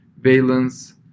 valence